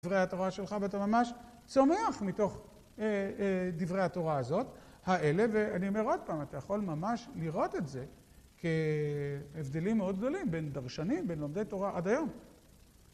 דברי התורה שלך ואתה ממש צומח מתוך דברי התורה, הזאת, האלה, ואני אומר עוד פעם, אתה יכול ממש לראות את זה כהבדלים מאוד גדולים בין דרשנים, בין לומדי תורה, עד היום.